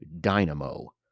dynamo